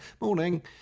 morning